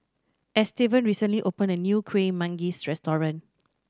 Estevan recently opened a new Kuih Manggis restaurant